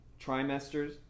trimesters